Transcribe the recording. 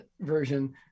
version